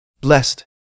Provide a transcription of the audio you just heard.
Blessed